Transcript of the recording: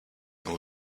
all